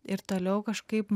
ir toliau kažkaip